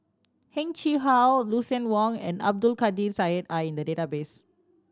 Heng Chee How Lucien Wang and Abdul Kadir Syed are in the database